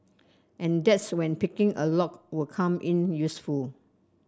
and that's when picking a lock will come in useful